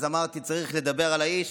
אז אמרתי, צריך לדבר על האיש,